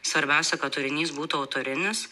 svarbiausia kad turinys būtų autorinis